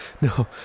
no